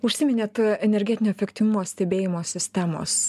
užsiminėt energetinio efektyvumo stebėjimo sistemos